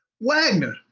Wagner